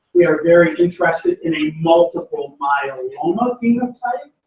we are very interested in a multiple myeloma phenotype,